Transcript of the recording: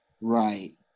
Right